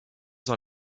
dans